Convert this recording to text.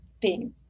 theme